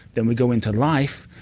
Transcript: then we go into life,